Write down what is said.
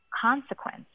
consequence